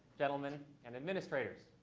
gentlemen and administrators.